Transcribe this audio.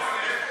חס וחלילה.